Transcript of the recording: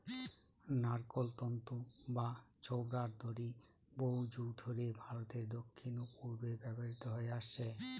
নারকোল তন্তু বা ছোবড়ার দড়ি বহুযুগ ধরে ভারতের দক্ষিণ ও পূর্বে ব্যবহৃত হয়ে আসছে